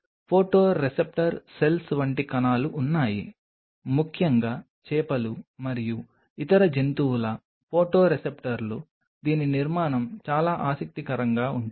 photoreceptor cells వంటి కణాలు ఉన్నాయి ముఖ్యంగా చేపలు మరియు ఇతర జంతువుల ఫోటోరిసెప్టర్లు దీని నిర్మాణం చాలా ఆసక్తికరంగా ఉంటుంది